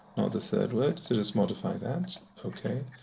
the third word, so let's modify that. ok.